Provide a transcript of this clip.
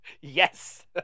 Yes